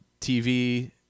TV